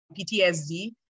PTSD